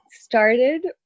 started